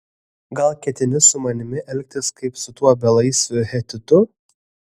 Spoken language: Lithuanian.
gal ketini su manimi elgtis kaip su tuo belaisviu hetitu